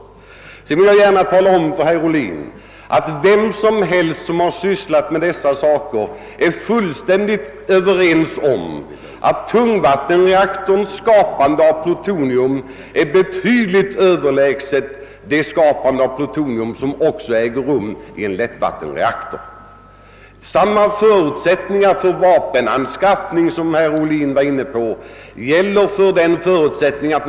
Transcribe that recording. Sedan vill jag gärna tala om för herr Ohlin att alla som har sysslat med dessa spörsmål är helt ense om att tungvattenreaktorns skapande av plutonium är betydligt överlägset det skapande av plutonium - som också äger rum i en lättvattenreaktor. De förutsättningar som herr Ohlin talade om när det gällde vapenanskaffning gäller även här.